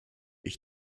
ich